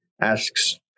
asks